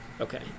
okay